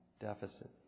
deficit